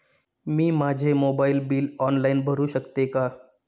मी माझे mobile bill online भरू शकते का?